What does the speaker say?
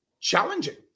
Challenging